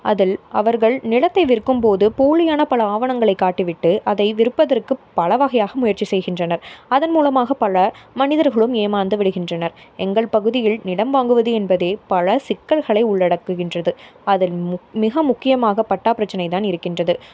அதில் அவர்கள் நிலத்தை விற்கும் போது போலியான பல ஆவணங்களை காட்டி விட்டு அதை விற்பதற்கு பல வகையாக முயற்சி செய்கின்றனர் அதன் மூலமாக பல மனிதர்களும் ஏமாந்து விடுகின்றனர் எங்கள் பகுதியில் நிலம் வாங்குவது என்பதே பல சிக்கல்களை உள்ளடக்குகின்றது அதன் மிக முக்கியமாக பட்டா பிரச்சனை தான் இருக்கின்றது